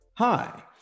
Hi